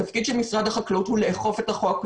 התפקיד של משרד החקלאות הוא לאכוף את החוק,